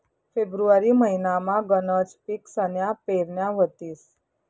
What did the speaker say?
February महिनामा गनच पिकसन्या पेरण्या व्हतीस